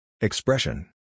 Expression